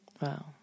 Wow